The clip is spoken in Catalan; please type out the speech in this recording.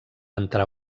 entrar